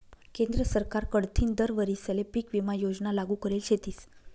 केंद्र सरकार कडथीन दर वरीसले पीक विमा योजना लागू करेल शेतीस